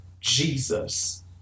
Jesus